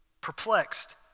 perplexed